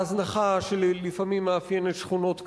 ההזנחה שלפעמים מאפיינת שכונות כאלה,